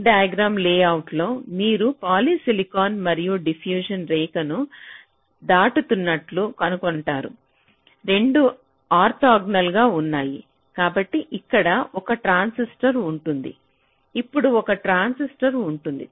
stick diagram లేఅవుట్లో మీరు polysilicon మరియు డిఫ్యూషన్ రేఖను దాటుతున్నట్లు కనుగొన్నప్పుడు 2 ఆర్తోగోనల్ గా ఉన్నాయి కాబట్టి ఇక్కడ ఒక ట్రాన్సిస్టర్ ఉంటుంది ఇక్కడ ఒక ట్రాన్సిస్టర్ ఉంటుంది